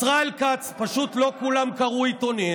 ישראל כץ, פשוט לא כולם קראו עיתונים,